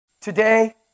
Today